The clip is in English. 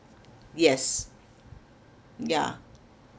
yes yeah